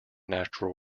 natural